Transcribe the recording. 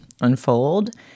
unfold